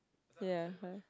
ya